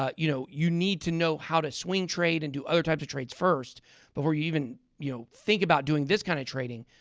ah you know, you need to know how to swing trade and do other types of trades first before you even, you know, think about doing this kind of trading.